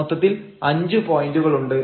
മൊത്തത്തിൽ 5 പോയന്റുകളുണ്ട്